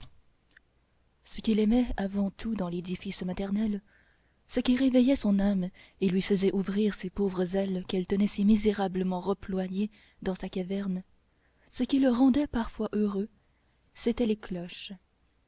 ce qu'il aimait avant tout dans l'édifice maternel ce qui réveillait son âme et lui faisait ouvrir ses pauvres ailes qu'elle tenait si misérablement reployées dans sa caverne ce qui le rendait parfois heureux c'étaient les cloches